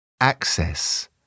Access